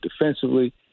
defensively